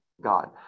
God